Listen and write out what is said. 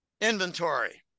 inventory